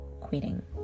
quitting